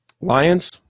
Lions